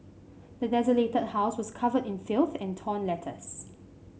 the desolated house was covered in filth and torn letters